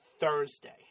Thursday